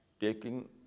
taking